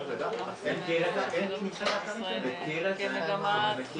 האם גם על זה אנחנו עכשיו